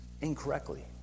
incorrectly